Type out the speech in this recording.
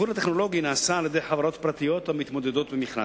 התפעול הטכנולוגי נעשה על-ידי חברות פרטיות המתמודדות במכרז.